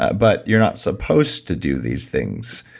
but you're not supposed to do these things.